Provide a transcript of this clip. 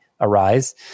Arise